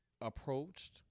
approached